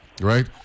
right